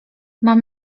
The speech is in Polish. mam